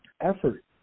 effort